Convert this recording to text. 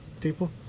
people